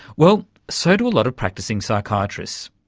well, so do a lot of practicing psychiatrists,